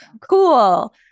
cool